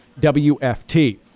WFT